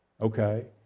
okay